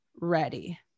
ready